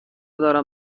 دارم